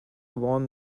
won